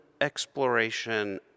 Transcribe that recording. exploration